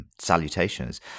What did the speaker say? Salutations